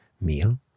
meal